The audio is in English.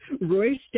Royce